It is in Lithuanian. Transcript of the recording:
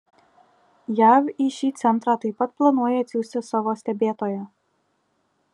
jav į šį centrą taip pat planuoja atsiųsti savo stebėtoją